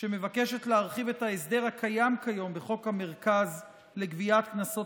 שמבקשת להרחיב את ההסדר הקיים כיום בחוק המרכז לגביית קנסות,